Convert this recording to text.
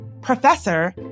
Professor